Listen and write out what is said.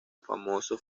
famoso